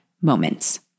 moments